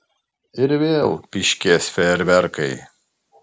ir vėl pyškės fejerverkai